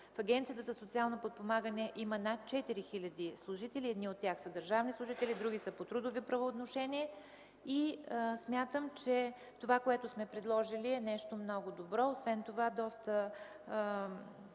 В Агенцията за социално подпомагане има над 4 хиляди служители – едни от тях са държавни служители, други са по трудови правоотношения. Смятам, че това, което сме предложили, е нещо много добро. Освен това, имаше